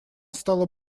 стало